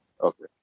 Okay